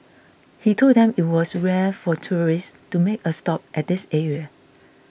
he told them it was rare for tourists to make a stop at this area